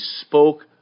spoke